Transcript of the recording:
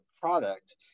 product